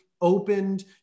opened